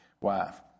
wife